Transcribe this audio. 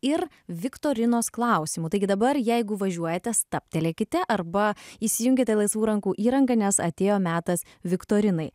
ir viktorinos klausimų taigi dabar jeigu važiuojate stabtelėkite arba įsijunkite laisvų rankų įrangą nes atėjo metas viktorinai